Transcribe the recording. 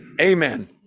amen